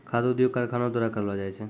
खाद्य उद्योग कारखानो द्वारा करलो जाय छै